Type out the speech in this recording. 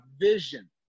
vision